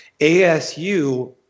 ASU